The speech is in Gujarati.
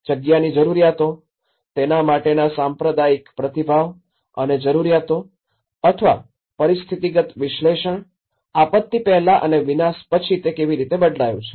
જગ્યાની જરૂરિયાતો તેના માટેના સાંપ્રદાયિક પ્રતિભાવ અને જરૂરિયાતો અથવા પરિસ્થિતિગત વિશ્લેષણ આપત્તિ પહેલા અને વિનાશ પછી તે કેવી રીતે બદલાયું છે